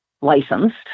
licensed